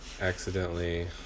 Accidentally